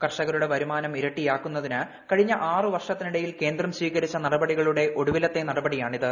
കർഷകരുടെ വരുമാനം ഇരട്ടിയാക്കുന്നതിന് കഴിഞ്ഞ ആറ് വർഷത്തിനിടയിൽ കേന്ദ്രം സ്വീകരിച്ച നടപടികളുടെ ഒടുവിലത്തെ നടപടിയാണിത്